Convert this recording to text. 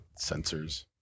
Sensors